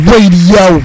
Radio